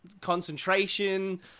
Concentration